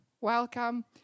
welcome